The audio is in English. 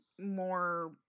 more